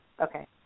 okay